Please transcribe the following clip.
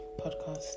podcast